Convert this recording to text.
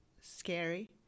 scary